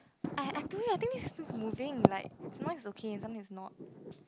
I I told you I think this is still moving like mine is okay sometimes it's not